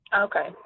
Okay